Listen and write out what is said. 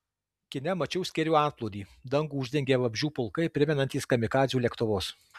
kine mačiau skėrių antplūdį dangų uždengė vabzdžių pulkai primenantys kamikadzių lėktuvus